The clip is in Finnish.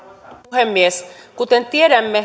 puhemies kuten tiedämme